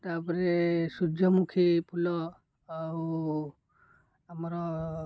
ତାପରେ ସୂର୍ଯ୍ୟମୁଖୀ ଫୁଲ ଆଉ ଆମର